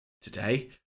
today